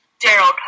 Daryl